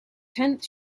tenth